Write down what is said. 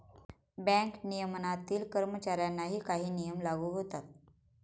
bank नियमनातील कर्मचाऱ्यांनाही काही नियम लागू होतात